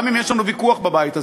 גם אם יש לנו ויכוח בבית הזה,